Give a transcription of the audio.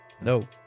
No